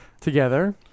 together